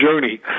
journey